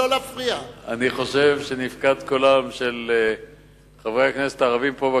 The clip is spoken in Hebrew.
אני חושב שנפקד קולם של חברי הכנסת הערבים פה,